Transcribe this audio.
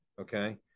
Okay